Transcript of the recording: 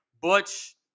butch